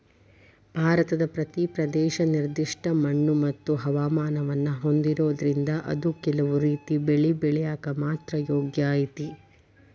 ಭಾರತದ ಪ್ರತಿ ಪ್ರದೇಶ ನಿರ್ದಿಷ್ಟ ಮಣ್ಣುಮತ್ತು ಹವಾಮಾನವನ್ನ ಹೊಂದಿರೋದ್ರಿಂದ ಅದು ಕೆಲವು ರೇತಿ ಬೆಳಿ ಬೆಳ್ಯಾಕ ಮಾತ್ರ ಯೋಗ್ಯ ಐತಿ